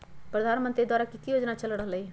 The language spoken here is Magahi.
प्रधानमंत्री द्वारा की की योजना चल रहलई ह?